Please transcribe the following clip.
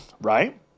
right